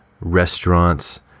restaurants